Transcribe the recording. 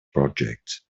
projects